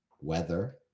weather